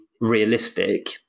realistic